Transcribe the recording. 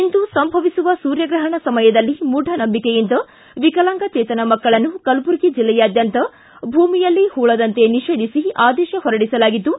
ಇಂದು ಸಂಭವಿಸುವ ಸೂರ್ಯಗ್ರಹಣ ಸಮಯದಲ್ಲಿ ಮೂಢನಂಬಿಕೆಯಿಂದ ವಿಕಲಾಂಗಚೇತನ ಮಕ್ಕಳನ್ನು ಕಲಬುರಗಿ ಜಿಲ್ಲೆಯಾದ್ಖಂತ ಭೂಮಿಯಲ್ಲಿ ಹೂಳದಂತೆ ನಿಷೇಧಿಸಿ ಆದೇಶ ಹೊರಡಿಸಲಾಗಿದ್ದು